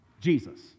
Jesus